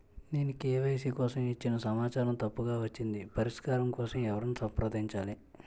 నేను కే.వై.సీ కోసం ఇచ్చిన సమాచారం తప్పుగా వచ్చింది పరిష్కారం కోసం ఎవరిని సంప్రదించాలి?